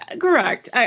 correct